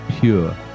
pure